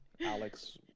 Alex